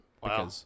Wow